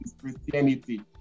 Christianity